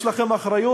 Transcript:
יש לכם אחריות,